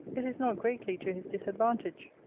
it is not greatly to his disadvantage.